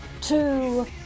two